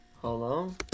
Hello